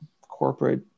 corporate